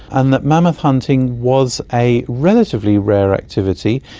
and that mammoth hunting was a relatively rare activity.